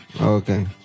Okay